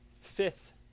Fifth